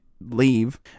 leave